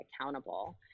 accountable